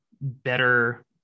better